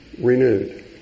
renewed